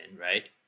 right